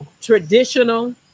traditional